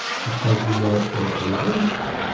because we are in a link,